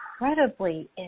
incredibly